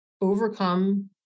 overcome